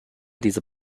dieser